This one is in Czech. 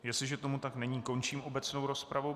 Jestliže tomu tak není, končím obecnou rozpravu.